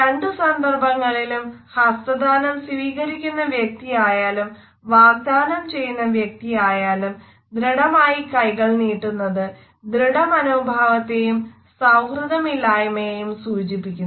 രണ്ടു സന്ദർഭങ്ങളിലും ഹസ്തദാനം സ്വീകരിക്കുന്ന വ്യക്തി ആയാലും വാഗ്ദാനം ചെയ്യുന്ന വ്യക്തിയാണെങ്കിലും ദൃഢമായി കൈകൾ നീട്ടുന്നത് ദൃഢമനോഭാവത്തെയും സൌഹൃദമില്ലായ്മയെയും സൂചിപ്പിക്കുന്നു